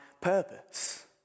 purpose